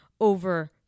over